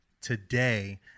today